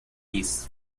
isto